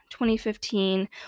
2015